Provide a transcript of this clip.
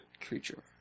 creature